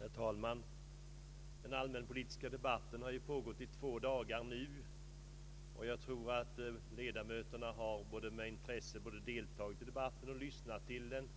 Herr talman! Den allmänpolitiska debatten har nu pågått i två dagar, och jag tror att ledamöterna med intresse har både deltagit i debatten, lyssnat till den